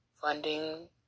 funding